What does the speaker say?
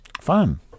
Fun